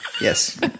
Yes